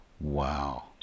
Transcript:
Wow